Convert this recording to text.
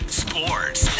sports